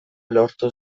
lortu